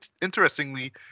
interestingly